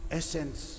essence